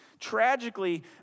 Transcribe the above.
Tragically